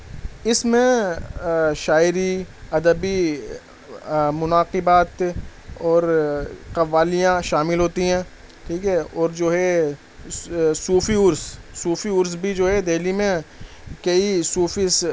اس میں شاعری ادبی مناقبات اور قوالیاں شامل ہوتی ہیں ٹھیک ہے اور جو ہے صوفی عرس صوفی عرس بھی جو ہے دہلی میں کئی صوفی